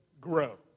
grow